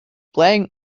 playing